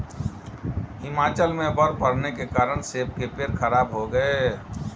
हिमाचल में बर्फ़ पड़ने के कारण सेब के पेड़ खराब हो गए